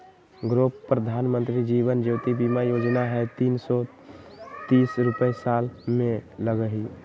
गो प्रधानमंत्री जीवन ज्योति बीमा योजना है तीन सौ तीस रुपए साल में लगहई?